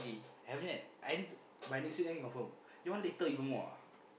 haven't yet I need to by next week then can confirm your one later even more ah